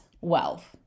wealth